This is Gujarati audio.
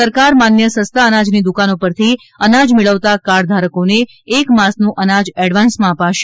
સરકાર માન્ય સસ્તા અનાજની દુકાનો પરથી અનાજ મેળવતા કાર્ડ ધારકોને એક માસનું અનાજ એડવાન્સમાં અપાશે